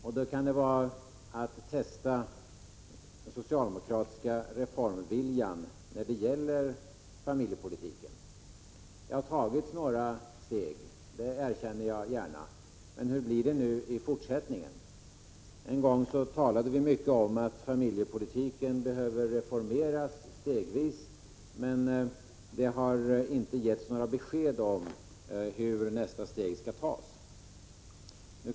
Vi skulle kunna testa den socialdemokratiska reformviljan när det gäller familjepolitiken. Det har tagits några steg, det erkänner jag gärna. Men hur blir det i fortsättningen? En gång talade vi mycket om att familjepolitiken behöver reformeras stegvis. Men det har inte givits några besked om hur nästa steg skall tas.